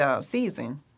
season